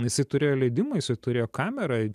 jisai turėjo leidimą jisai turėjo kamerą